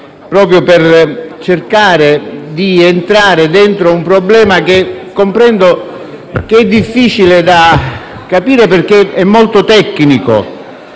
proprio per cercare di entrare dentro un problema, che comprendo sia difficile da capire, essendo molto tecnico